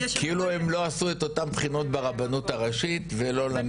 כאילו הם לא עשו את אותן בחינות ברבנות הראשית ולא למדו באותן ישיבות.